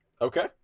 Okay